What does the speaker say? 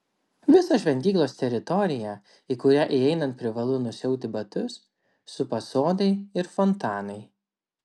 visą šventyklos teritoriją į kurią įeinant privalu nusiauti batus supa sodai ir fontanai